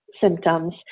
symptoms